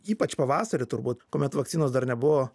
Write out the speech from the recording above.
ypač pavasarį turbūt kuomet vakcinos dar nebuvo